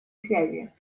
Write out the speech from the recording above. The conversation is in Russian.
связи